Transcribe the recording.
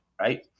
right